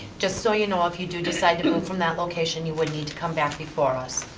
just so you know, if you do decide to move from that location you would need to come back before us.